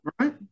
right